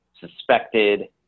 suspected